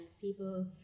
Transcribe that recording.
people